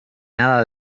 nada